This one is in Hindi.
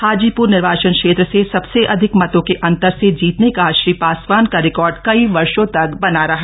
हाजीप्र निर्वाचन क्षेत्र से सबसे अधिक मतों के अंतर से जीतने का श्री पासवान का रिकॉर्ड कई वर्षों तक बना रहा